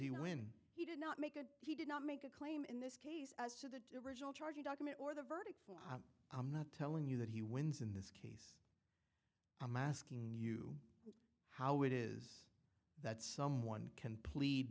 he win he did not make a he did not make a claims case as to the original charging document or the verdict form i'm not telling you that he wins in this case i'm asking you how it is that someone can plead